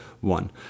one